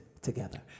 together